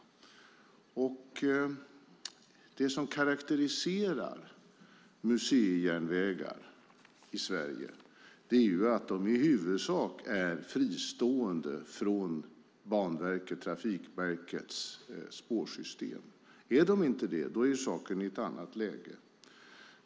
Det som karakteriserar museijärnvägar i Sverige är att de i huvudsak är fristående från Trafikverkets spårsystem. Är de inte det kommer saken i ett annat läge.